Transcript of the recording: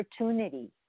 opportunity